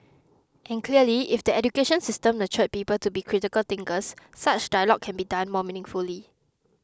and clearly if the education system nurtured people to be critical thinkers such dialogue can be done more meaningfully